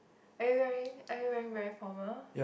are you wearing are you wearing very formal